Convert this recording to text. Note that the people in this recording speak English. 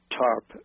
TARP